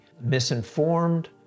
misinformed